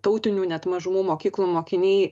tautinių net mažumų mokyklų mokiniai